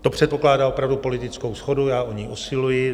To předpokládá opravdu politickou shodu, já o ni usiluji.